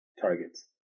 targets